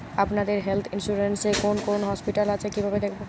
আপনাদের health insurance এ কোন কোন হসপিটাল আছে কিভাবে দেখবো?